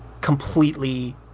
completely